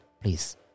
please